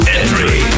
entry